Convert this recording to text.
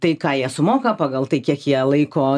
tai ką jie sumoka pagal tai kiek jie laiko